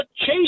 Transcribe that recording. Chase